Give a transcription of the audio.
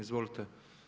Izvolite.